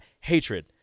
hatred